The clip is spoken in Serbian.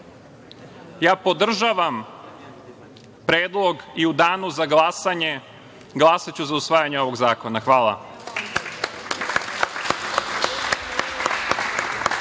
bi. Ja podržavam predlog i u danu za glasanje ću glasati za usvajanje ovog zakona. Hvala.